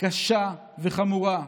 קשה וחמורה.